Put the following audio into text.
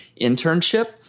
Internship